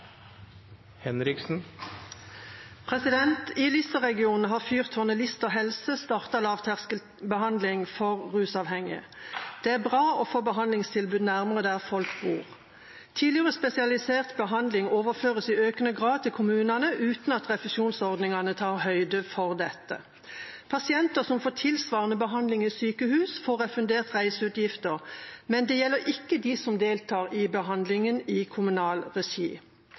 bra å få behandlingstilbud nærmere der folk bor. Tidligere spesialisert behandling overføres i økende grad til kommunene, uten at refusjonsordningene tar høyde for dette. Pasienter som får tilsvarende behandling i sykehus, får refundert reiseutgifter, men det gjelder ikke dem som deltar i behandlingen i kommunal regi.